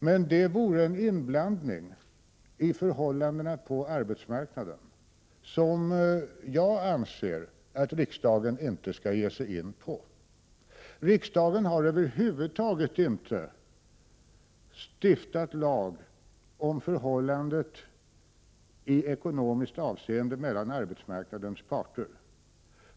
Men det vore en inblandning i förhållandena på arbetsmarknaden som jag anser att riksdagen inte skall ge sig in på. Riksdagen har över huvud taget inte stiftat lag om förhållandet i ekonomiskt avseende mellan arbetsmarknadens parter.